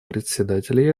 председателя